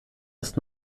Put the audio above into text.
ist